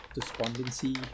despondency